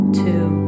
two